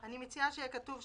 אני מציעה שיהיה כתוב,